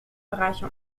bereiche